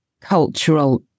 cultural